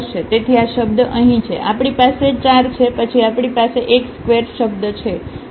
તેથી આ શબ્દ અહીં છે આપણી પાસે 4 છે પછી આપણી પાસે x2શબ્દ છે